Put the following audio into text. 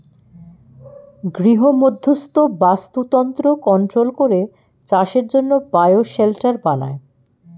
গৃহমধ্যস্থ বাস্তুতন্ত্র কন্ট্রোল করে চাষের জন্যে বায়ো শেল্টার বানায়